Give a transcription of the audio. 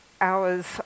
hours